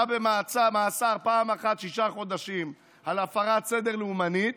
היה במאסר פעם אחת שישה חודשים על הפרת סדר לאומנית,